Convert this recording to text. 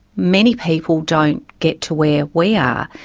many people don't get to where we are,